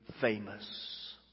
famous